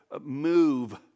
move